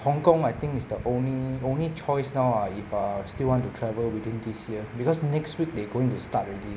hong-kong I think is the only only choice now ah if err still want to travel within this year because next week they going to start already